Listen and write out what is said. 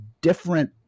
different